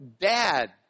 dad